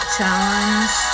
Challenge